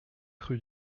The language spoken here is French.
rue